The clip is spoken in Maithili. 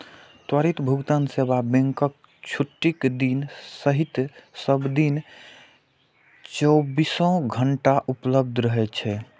त्वरित भुगतान सेवा बैंकक छुट्टीक दिन सहित सब दिन चौबीसो घंटा उपलब्ध रहै छै